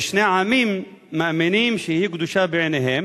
ששני העמים מאמינים שהיא קדושה בעיניהם